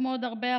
כמו הרבה אחרות,